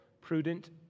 prudent